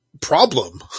problem